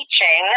teaching